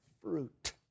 fruit